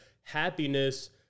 happiness